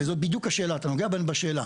וזו בדיוק השאלה אתה נוגע בשאלה.